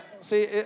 See